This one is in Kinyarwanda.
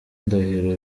ndahiro